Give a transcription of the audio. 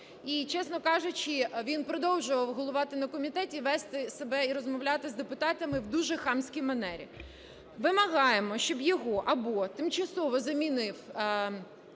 і, чесно кажучи, він продовжував головувати на комітеті, вести себе і розмовляти з депутатами в дуже хамській манері. Вимагаємо, щоб його або тимчасово замінив